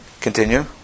Continue